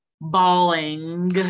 bawling